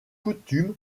coutume